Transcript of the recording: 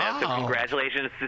Congratulations